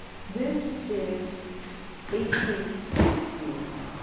this is eighteen fifty s,